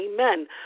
Amen